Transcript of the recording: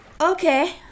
Okay